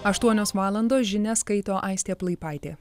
aštuonios valandos žinias skaito aistė plaipaitė